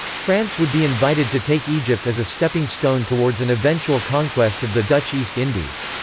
france would be invited to take egypt as a stepping stone towards an eventual conquest of the dutch east indies.